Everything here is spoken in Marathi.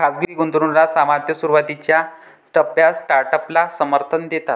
खाजगी गुंतवणूकदार सामान्यतः सुरुवातीच्या टप्प्यात स्टार्टअपला समर्थन देतात